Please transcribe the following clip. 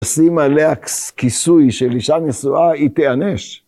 שים עליה כיסוי של אישה נשואה היא תענש.